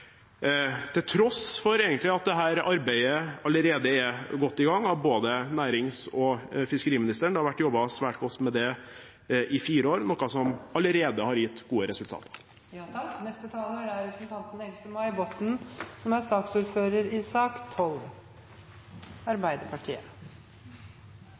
til tross for at dette arbeidet allerede er godt i gang hos både næringsministeren og fiskeriministeren. Det har vært jobbet svært godt med dette i fire år, noe som allerede har gitt gode resultater. Jeg vil starte med å takke saksordføreren for å ha gjort en veldig god jobb med industrimeldingen. Grunnen til at vi nå debatterer denne industrimeldingen, er